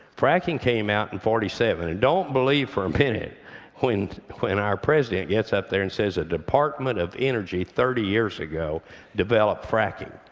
fracking came out in forty seven, and don't believe for a minute when when our president gets up there and says the ah department of energy thirty years ago developed fracking.